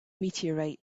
meteorite